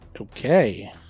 Okay